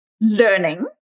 learning